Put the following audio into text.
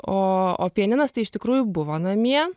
o pianinas tai iš tikrųjų buvo namie